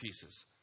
pieces